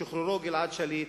שחרור גלעד שליט.